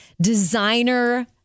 designer